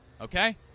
okay